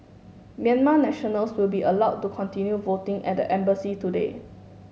Myanmar nationals will be allowed to continue voting at the embassy today